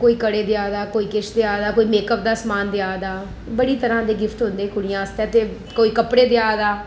कोई कड़े देआ दा कोई किश देआ दा कोई मेकप दा सामान देआ दा बड़ी तरह्ं दे गिफ्ट होंदे कुड़ियें आस्तै ते कोई कपड़े देआ दा